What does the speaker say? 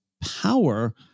power